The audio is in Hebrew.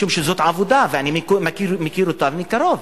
זו עבודה, ואני מכיר אותה מקרוב.